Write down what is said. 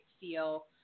feel